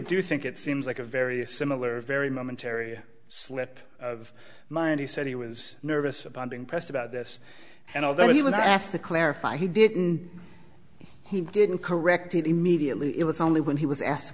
do think it seems like a very similar very momentary slip of mine he said he was nervous about being pressed about this and although he was asked to clarify he didn't he didn't correct it immediately it was only when he was asked to